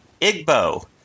Igbo